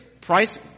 Price